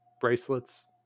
bracelets